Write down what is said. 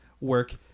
work